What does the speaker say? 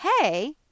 Hey